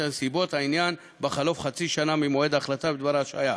נסיבות העניין בחלוף חצי שנה ממועד ההחלטה בדבר ההשעיה.